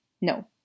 No